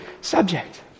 subject